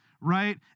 Right